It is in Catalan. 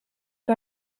que